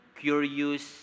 curious